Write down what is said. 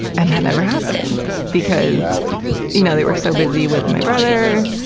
and that never happened because you know they were so busy with my brother,